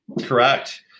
Correct